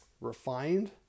refined